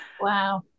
Wow